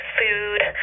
food